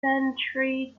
centuries